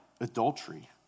adultery